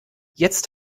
jetzt